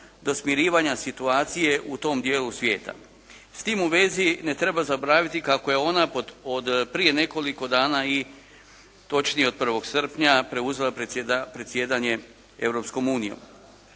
do smirivanja situacije u tom dijelu svijeta. S tim u vezi ne treba zaboraviti kako je ona od prije nekoliko dana i točnije od 01. srpnja preuzela predsjedanje